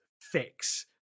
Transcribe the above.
fix